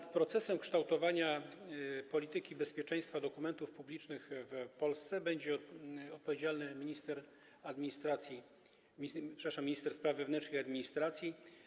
Za proces kształtowania polityki bezpieczeństwa dokumentów publicznych w Polsce będzie odpowiedzialny minister administracji, przepraszam, minister spraw wewnętrznych i administracji.